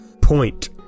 point